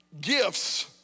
gifts